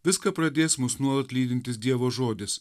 viską pradės mus nuolat lydintis dievo žodis